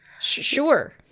Sure